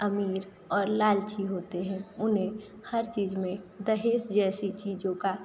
अमीर और लालची होते हैं उन्हें हर चीज़ में दहेज़ जैसी चीजों का